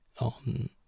on